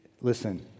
Listen